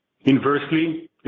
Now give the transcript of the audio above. Inversely